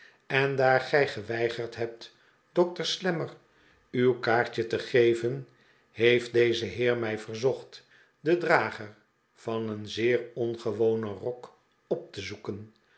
en daar gij geweigerd hebt dokter slammer uw kaartje te geven heeft deze heer mij verzocht den drager van een zeer ongewonen rok op te zoeken